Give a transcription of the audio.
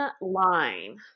line